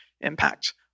impact